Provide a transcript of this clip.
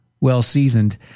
well-seasoned